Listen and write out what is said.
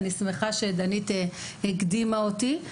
אני שמחה שדנית הקדימה אותי.